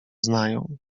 znają